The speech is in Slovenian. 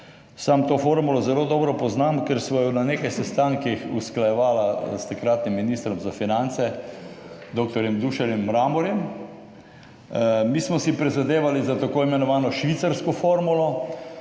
Sam to formulo zelo dobro poznam, ker sva jo na nekaj sestankih usklajevala s takratnim ministrom za finance dr. Dušanom Mramorjem. Mi smo si prizadevali za tako imenovano švicarsko formulo,